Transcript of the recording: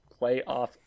playoff